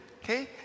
Okay